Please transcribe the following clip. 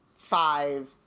Five